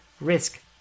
risk